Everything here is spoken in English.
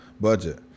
budget